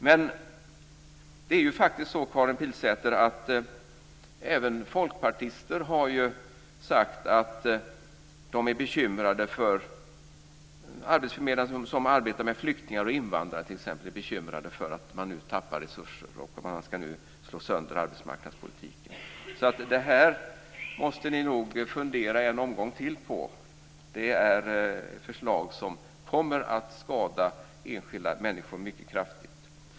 Men, Karin Pilsäter, även folkpartister har ju faktiskt sagt att de är bekymrade. Arbetsförmedlare som arbetar med flyktingar och invandrare t.ex. är bekymrade för att de nu tappar resurser och för att man nu ska slå sönder arbetsmarknadspolitiken. Så det här måste ni nog fundera en omgång till på. Det är förslag som kommer att skada enskilda människor mycket kraftigt.